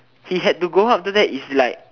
he had to go home after that it's like